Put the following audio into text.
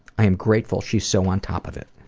i am grateful she's so on top of it.